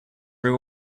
real